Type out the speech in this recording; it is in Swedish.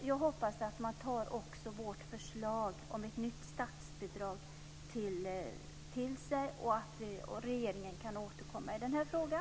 Jag hoppas att man också tar till sig vårt förslag om ett nytt statsbidrag och att regeringen kan återkomma i den här frågan.